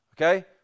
Okay